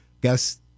Guess